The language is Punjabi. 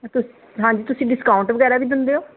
ਤੁਸੀਂ ਹਾਂਜੀ ਤੁਸੀਂ ਡਿਸਕਾਊਂਟ ਵਗੈਰਾ ਵੀ ਦਿੰਦੇ ਹੋ